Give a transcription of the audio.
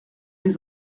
les